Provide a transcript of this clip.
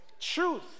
truth